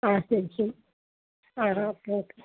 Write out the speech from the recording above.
ആ ശരി ശരി ആ ഓക്കെ ഓക്കെ